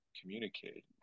communicate